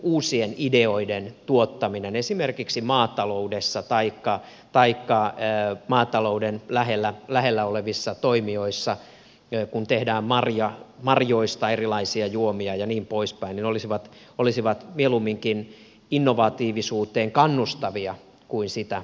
uusien ideoiden tuottaminen esimerkiksi maataloudessa taikka maatalouden lähellä olevissa toimijoissa kun tehdään marjoista erilaisia juomia ja niin poispäin olisi mieluumminkin innovatiivisuuteen kannustavaa kuin sitä tukahduttavaa